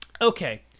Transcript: okay